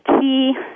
key